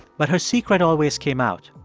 but her secret always came out,